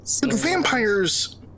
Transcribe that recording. Vampires